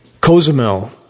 Cozumel